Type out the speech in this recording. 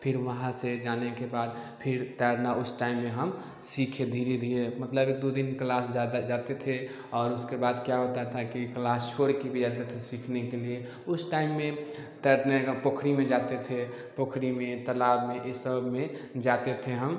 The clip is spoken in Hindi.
फिर वहाँ से जाने के बाद फिर तैरना उस टाइम में हम सीखे धीरे धीरे मतलब द्वी दिन क्लास ज़्यादा जाते थे और उसके बाद क्या होता था कि क्लास छोड़ कर भी जाते थे सीखने के लिए उस टाइम में तैरने का पोखरी में जाते थे पोखरी में तालाब में ये सब में जाते थे हम